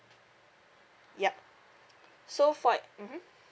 yup so for like mmhmm